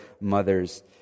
mothers